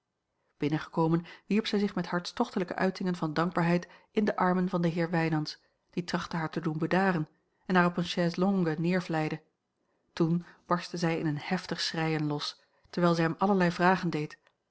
weg binnengekomen wierp zij zich met hartstochtelijke uitingen van dankbaarheid in de armen van den heer wijnands die trachtte a l g bosboom-toussaint langs een omweg haar te doen bedaren en haar op eene chaise longue neervlijde toen barstte zij in een heftig schreien los terwijl zij hem allerlei vragen deed